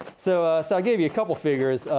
so so i gave you a couple figures.